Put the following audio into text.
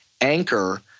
anchor